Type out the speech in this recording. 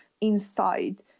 inside